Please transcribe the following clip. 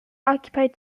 occupied